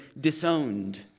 disowned